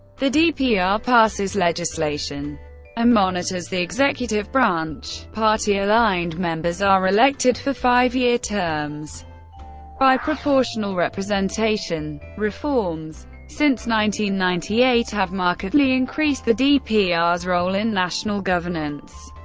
the dpr passes legislation and monitors the executive branch party-aligned members are elected for five-year terms by proportional representation. reforms ninety ninety eight have markedly increased the dpr's role in national governance.